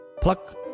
Pluck